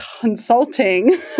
consulting